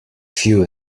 few